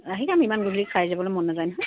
আহি যাম ইমান গধূলি খাই যাবলৈ মন নাযায় নহয়